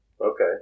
Okay